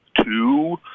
two